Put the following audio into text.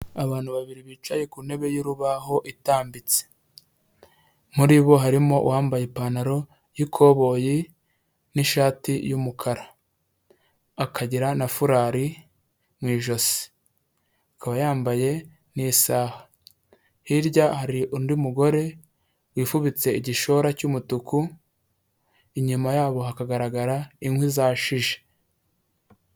Abantu babiri bicaye ku ntebe y'urubaho itambitse muri bo harimo uwambaye ipantaro y'ikoboyi n'ishati y'umukara akagira na furari mu ijosi akaba yambaye n'isaha hirya hari undi mugore wifubitse igishora cy'umutuku inyuma yabo hakagaragara inkwi zashije.